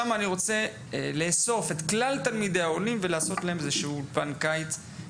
אני רוצה לאסוף את כלל תלמידי העולים שלומדים שם ולעשות להם אולפן קיץ,